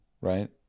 Right